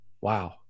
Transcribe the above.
Wow